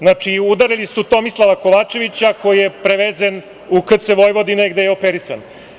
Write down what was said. Znači, udarili su Tomislava Kovačevića koji je prevezen u KC Vojvodine gde je operisan.